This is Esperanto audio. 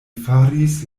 faris